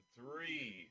three